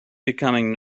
becoming